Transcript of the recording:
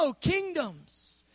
kingdoms